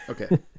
Okay